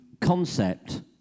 concept